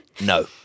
No